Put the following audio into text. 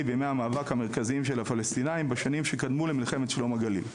בימי המאבק המרכזיים של הפלסטינאים בשנים שקדמו למלחמת שלום הגליל,